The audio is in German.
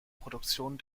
produktion